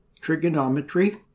trigonometry